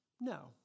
No